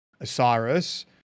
Osiris